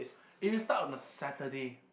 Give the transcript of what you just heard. if he start on a Saturday